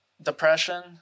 Depression